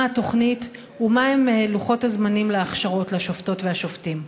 מה התוכנית ומהם לוחות הזמנים להכשרות לשופטות ולשופטים?